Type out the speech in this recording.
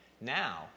now